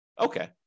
Okay